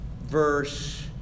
verse